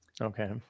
okay